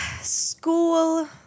school